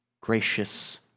gracious